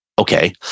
okay